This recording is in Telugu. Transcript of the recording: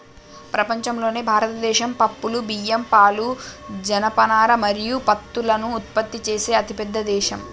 ప్రపంచంలోనే భారతదేశం పప్పులు, బియ్యం, పాలు, జనపనార మరియు పత్తులను ఉత్పత్తి చేసే అతిపెద్ద దేశం